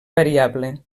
variable